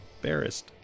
embarrassed